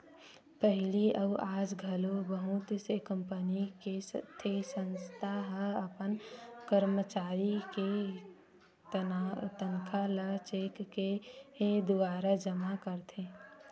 पहिली अउ आज घलो बहुत से कंपनी ते संस्था ह अपन करमचारी के तनखा ल चेक के दुवारा जमा करथे